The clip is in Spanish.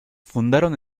fundaron